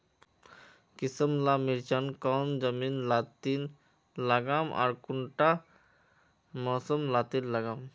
किसम ला मिर्चन कौन जमीन लात्तिर लगाम आर कुंटा मौसम लात्तिर लगाम?